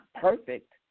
perfect